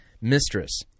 mistress